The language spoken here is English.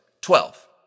twelve